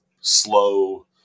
slow